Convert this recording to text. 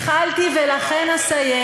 התחלתי ולכן אסיים.